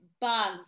bugs